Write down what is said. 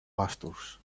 pastures